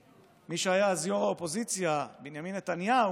מי שהיה אז ראש האופוזיציה, בנימין נתניהו,